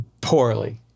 poorly